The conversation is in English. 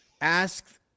ask